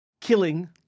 killing